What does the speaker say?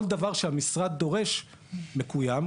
כל דבר שהמשרד דורש, מקוים.